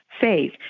faith